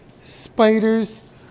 spiders